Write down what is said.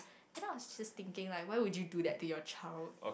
and I was just thinking like why would you do that to your child